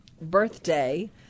birthday